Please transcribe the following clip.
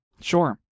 sure